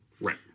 Right